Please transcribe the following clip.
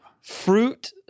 fruit